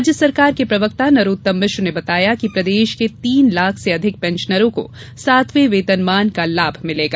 राज्य सरकार के प्रवक्ता नरोत्तम मिश्रा ने बताया कि प्रदेश के तीन लाख से अधिक पेंशनरों को सातवें वेतनमान का लाभ मिलेगा